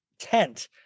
tent